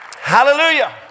Hallelujah